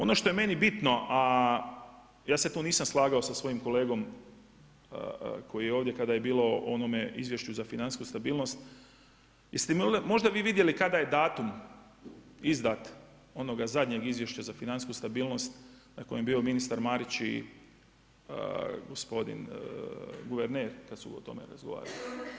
Ono što je meni bitno a ja se tu nisam slagao sa svojim kolegom koji je ovdje kada je bilo o onome izvješću za financijsku stabilnost, jeste možda vi vidjeli kada je datum izdat onoga zadnjega izvješća za financijsku stabilnost na kojem je bio ministar Marić i gospodin guverner kad su o tome razgovarali?